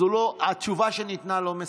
התשובה שניתנה לא מספקת.